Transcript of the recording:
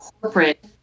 corporate